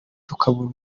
tukabura